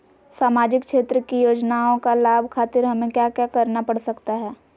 सामाजिक क्षेत्र की योजनाओं का लाभ खातिर हमें क्या क्या करना पड़ सकता है?